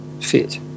fit